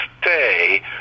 stay